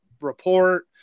report